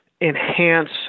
enhance